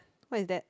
what is that